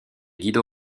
guido